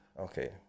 okay